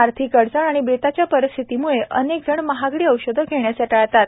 आर्थिक अडचण आणि बेताच्या परिस्थितीमुळे अनेक जण महागडी औषधे घेण्याचे टाळतात